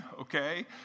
okay